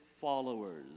followers